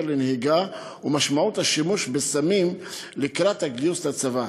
של נהיגה ומשמעות השימוש בסמים לקראת הגיוס לצבא.